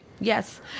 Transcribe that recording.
Yes